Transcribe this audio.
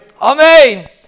Amen